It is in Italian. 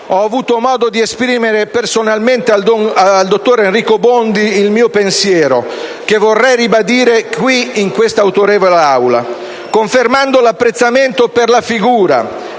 ho avuto modo di esprimere personalmente al dottor Enrico Bondi il mio pensiero, che vorrei ribadire in questa autorevole Aula. Confermando l'apprezzamento per la figura